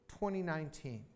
2019